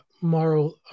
moral